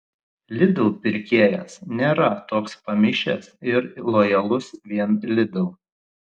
lidl pirkėjas nėra toks pamišęs ir lojalus vien lidl